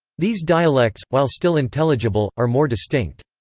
these dialects, while still intelligible, are more distinct.